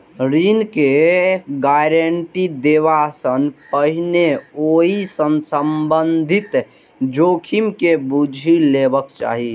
ऋण के गारंटी देबा सं पहिने ओइ सं संबंधित जोखिम के बूझि लेबाक चाही